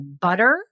butter